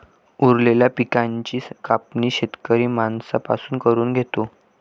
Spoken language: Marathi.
उरलेल्या पिकाची कापणी शेतकरी माणसां पासून करून घेतो